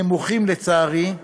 לצערי,